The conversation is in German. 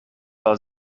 war